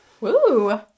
Woo